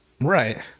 right